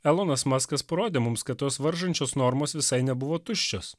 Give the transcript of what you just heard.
elonas maskas parodė mums kad tos varžančios normos visai nebuvo tuščios